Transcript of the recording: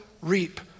reap